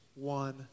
One